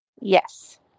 Yes